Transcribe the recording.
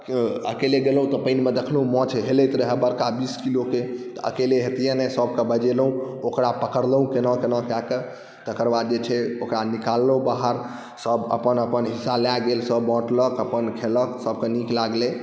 अकेले गेलहुँ तऽ पानिमे देखलहुँ माछ हेलैत रहै बड़का बीस किलोके तऽ अकेले हेतिए नहि सबके बजेलहुँ ओकरा पकड़लहुँ कोना कोना कऽ कऽ तकर बाद जे छै ओकरा निकाललहुँ बाहर सब अपन अपन हिस्सा लऽ गेल सब बाँटलक अपन खेलक सबके नीक लागलै